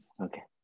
Okay